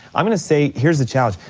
i'm gonna say, here's the challenge,